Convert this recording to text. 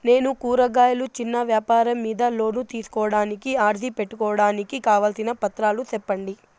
నేను కూరగాయలు చిన్న వ్యాపారం మీద లోను తీసుకోడానికి అర్జీ పెట్టుకోవడానికి కావాల్సిన పత్రాలు సెప్పండి?